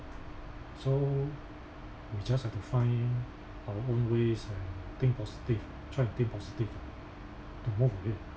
so we just have to find our own ways and think positive try to think positive to move from it